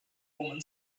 woman